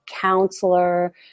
counselor